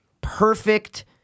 perfect